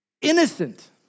Innocent